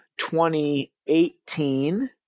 2018